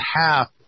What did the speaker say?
half